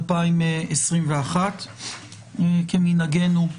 2021. כמנהגנו,